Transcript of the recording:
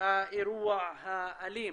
האירוע האלים.